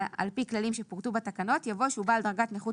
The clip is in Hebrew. על פי כללים שפורטו בתקנות" יבוא "שהוא בעל דרגת נכות